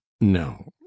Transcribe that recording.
no